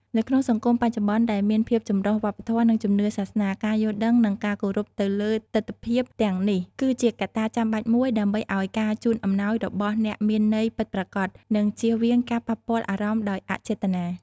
នៅក្នុងសង្គមបច្ចុប្បន្នដែលមានភាពចម្រុះវប្បធម៌ និងជំនឿសាសនា ការយល់ដឹង និងការគោរពទៅលើទិដ្ឋភាពទាំងនេះ គឺជាកត្តាចាំបាច់មួយដើម្បីឲ្យការជូនអំណោយរបស់អ្នកមានន័យពិតប្រាកដ និងជៀសវាងការប៉ះពាល់អារម្មណ៍ដោយអចេតនា។